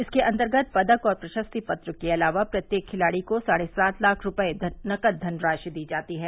इसके अन्तर्गत पदक और प्रशस्ति पत्र के अलावा प्रत्येक खिलाड़ी को साढ़े सात लाख रूपये नकद धनराशि दी जाती है